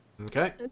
Okay